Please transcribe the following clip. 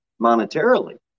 monetarily